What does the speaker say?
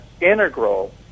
integral